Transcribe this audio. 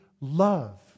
love